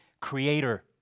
creator